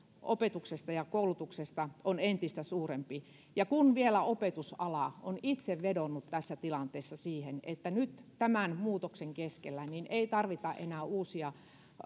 opetuksesta ja koulutuksesta on entistä suurempi ja kun vielä opetusala on itse vedonnut tässä tilanteessa siihen että nyt tämän muutoksen keskellä ei tarvita enää uusia